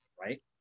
right